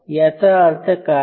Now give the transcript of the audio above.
याचा अर्थ काय